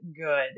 good